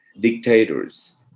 dictators